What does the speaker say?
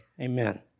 amen